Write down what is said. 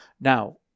Now